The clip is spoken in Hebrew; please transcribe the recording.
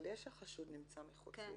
אבל יש "החשוד נמצא בישראל".